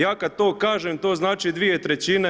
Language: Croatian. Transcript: Ja kad to kažem to znači 2/